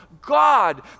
God